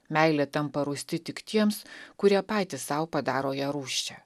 meilė tampa rūsti tik tiems kurie patys sau padaro ją rūsčią